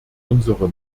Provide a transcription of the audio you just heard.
unsere